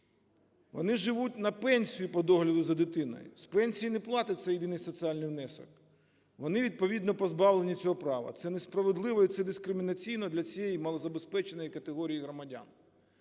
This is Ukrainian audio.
Вони живуть на пенсію по догляду за дитиною, з пенсії не платиться єдиний соціальний внесок. Вони, відповідно, позбавлені цього права. Це несправедливо і це дискримінаційно для цієї малозабезпеченої категорії громадян.